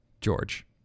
George